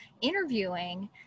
interviewing